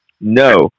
No